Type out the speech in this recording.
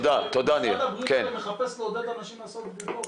משרד הבריאות מחפש לעודד אנשים לעשות ברירות.